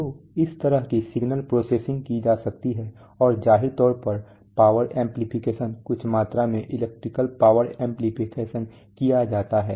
तो इस तरह की सिग्नल प्रोसेसिंग की जा सकती है और जाहिर तौर पर पावर एम्प्लीफिकेशन कुछ मात्रा में इलेक्ट्रिकल पावर एम्प्लीफिकेशन किया जाता है